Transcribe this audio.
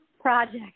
project